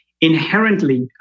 inherently